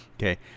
okay